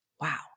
wow